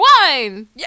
Wine